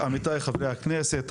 עמיתי חברי הכנסת,